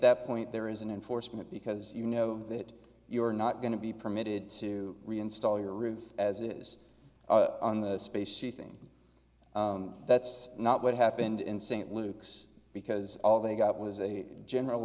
that point there is an enforcement because you know of that you are not going to be permitted to reinstall your roof as it is on the specie thing that's not what happened in st luke's because all they got was a general